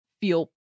feel